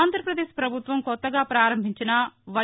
ఆంధ్రప్రదేశ్ ప్రభుత్వం కొత్తగా ప్రారంభించిన వై